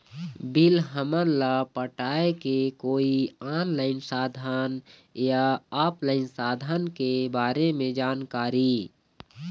Bill हमन ला पटाए के कोई ऑनलाइन साधन या ऑफलाइन साधन के बारे मे जानकारी?